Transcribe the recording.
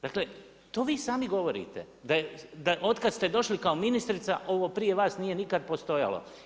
Dakle to vi sami govorite da otkada ste došli kao ministrica, ovo prije vas nije nikad postojalo.